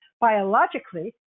biologically